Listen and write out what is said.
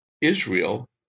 Israel